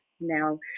Now